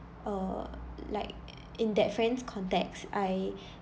err like in that friend's context I